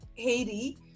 Haiti